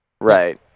Right